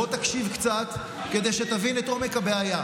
בוא תקשיב קצת כדי שתבין את עומק הבעיה.